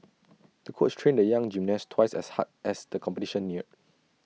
the coach trained the young gymnast twice as hard as the competition neared